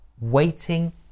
waiting